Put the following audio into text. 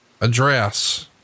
address